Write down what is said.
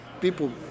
people